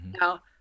now